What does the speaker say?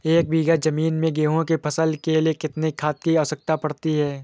एक बीघा ज़मीन में गेहूँ की फसल के लिए कितनी खाद की आवश्यकता पड़ती है?